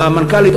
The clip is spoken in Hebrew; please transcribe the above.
והמנכ"לית,